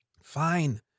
Fine